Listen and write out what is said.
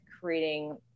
creating